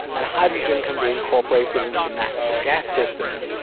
and hydrogen can be incorporated into the natural gas system,